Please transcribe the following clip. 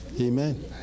amen